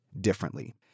differently